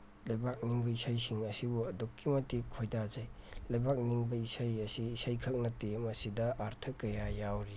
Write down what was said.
ꯂꯩꯕꯥꯛꯅꯤꯡꯕ ꯏꯁꯩꯁꯤꯡ ꯑꯁꯤꯕꯨ ꯑꯗꯨꯛꯀꯤ ꯃꯇꯤꯛ ꯈꯣꯏꯗꯥꯖꯩ ꯂꯩꯕꯥꯛ ꯅꯤꯡꯕ ꯏꯁꯩ ꯑꯁꯤ ꯏꯁꯩꯈꯛ ꯅꯠꯇꯦ ꯃꯁꯤꯗ ꯑꯥꯔꯊ ꯀꯌꯥ ꯌꯥꯎꯔꯤ